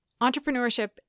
Entrepreneurship